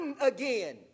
again